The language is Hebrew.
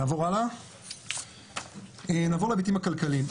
נעבור להיבטים הכלכליים.